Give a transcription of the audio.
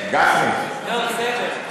אני, לא, בסדר.